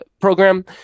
program